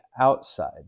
outside